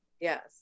Yes